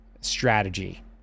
strategy